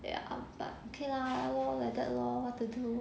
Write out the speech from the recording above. ya but okay lah lor like that lor what to do